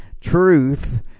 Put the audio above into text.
truth